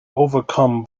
overcome